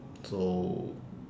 so